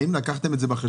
האם לקחתם את זה בחשבון,